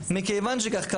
מכיוון שכך,